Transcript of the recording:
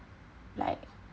like